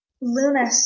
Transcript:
Luna